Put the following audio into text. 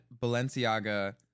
Balenciaga